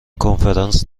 کنفرانس